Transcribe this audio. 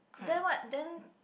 then what then